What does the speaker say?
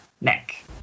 Nick